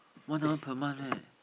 one hour per month right